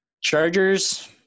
Chargers